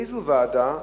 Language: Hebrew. איזו ועדה,